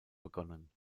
begonnen